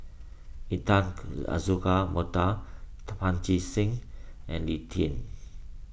Intan Azura Mokhtar Pancy Seng and Lee Tjin